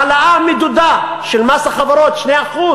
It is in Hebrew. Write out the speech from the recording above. העלאה מדודה של מס החברות, 2%,